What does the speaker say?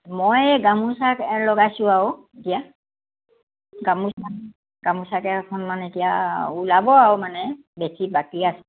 মই গামোচা লগাইছোঁ আৰু এতিয়া গামোচাকে এখন মানে এতিয়া ওলাব আৰু মানে বেছি বাকী আছে